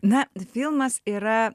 na filmas yra